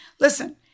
listen